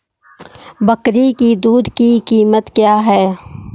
बकरी की दूध की कीमत क्या है?